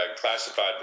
classified